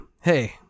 Hey